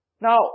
Now